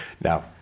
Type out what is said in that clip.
Now